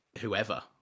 whoever